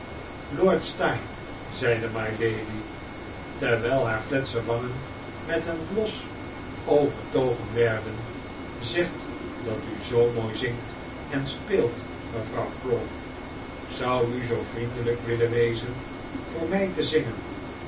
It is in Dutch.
lord steyne zeide mylady terwijl haar fletse wangen met een bios overtogen werden zegt dat u zoo mooi zingt en speelt mevrouw crawley zou u zoo vriendelijk willen wezen voor mij te zingen